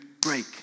break